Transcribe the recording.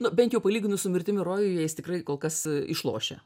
nu bent jau palyginus su mirtimi rojuje jis tikrai kol kas išlošia